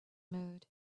mood